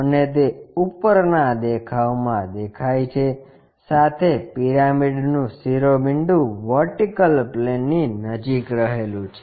અને તે ઉપરના દેખાવમાં દેખાય છે સાથે પિરામિડનું શિરોબિંદુ વર્ટિકલ પ્લેનની નજીક રહેલું છે